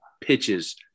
pitches